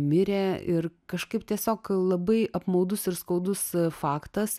mirė ir kažkaip tiesiog labai apmaudus ir skaudus faktas